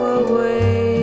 away